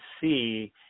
see –